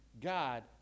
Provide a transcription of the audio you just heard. God